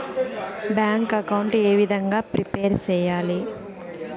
Bank account ఏ విధంగా prepare సెయ్యాలి?